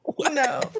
No